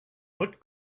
what